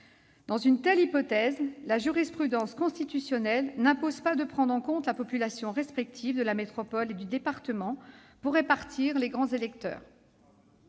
Dans une telle hypothèse, la jurisprudence constitutionnelle n'impose pas de prendre en compte la population respective de la métropole et du département pour répartir les grands électeurs.